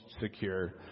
secure